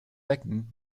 becken